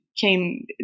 came